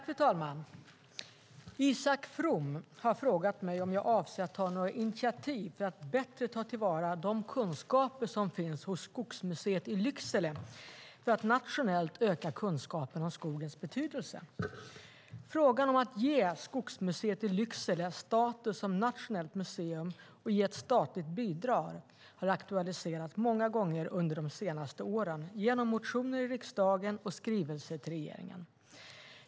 Fru talman! Isak From har frågat mig om jag avser att ta några initiativ för att bättre ta till vara de kunskaper som finns hos Skogsmuseet i Lycksele för att nationellt öka kunskapen om skogens betydelse. Frågan om att ge Skogsmuseet i Lycksele status som nationellt museum och ge ett statligt bidrag har aktualiserats många gånger under de senaste åren genom motioner i riksdagen och skrivelser till regeringen.